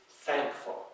thankful